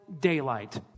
daylight